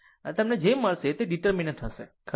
અને તમને જે મળશે તે ડીટેર્મિનન્ટ હશે ખરું